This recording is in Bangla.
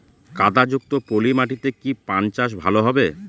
কাদা যুক্ত পলি মাটিতে কি পান চাষ ভালো হবে?